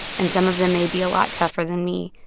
and some of them may be a lot tougher than me,